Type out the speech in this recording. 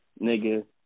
Nigga